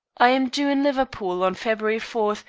i am due in liverpool on february four,